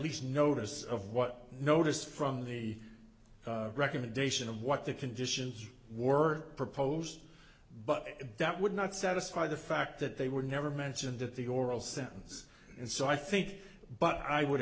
least notice of what notice from the recommendation of what the conditions were proposed but that would not satisfy the fact that they were never mentioned at the oral sentence and so i think but i would